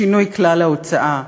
שינוי כלל ההוצאה,